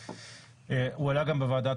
הוא עלה גם בוועדה